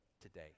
today